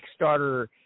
Kickstarter